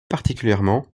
particulièrement